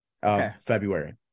February